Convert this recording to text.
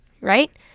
right